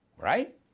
right